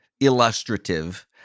illustrative